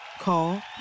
Call